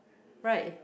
right